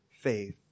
faith